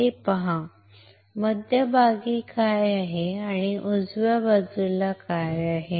हे पहा मध्यभागी काय आहे आणि उजव्या बाजूला काय आहे